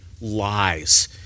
Lies